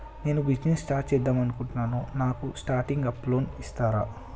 నేను business start చేద్దామనుకుంటున్నాను నాకు స్టార్టింగ్ అప్ లోన్ ఇస్తారా?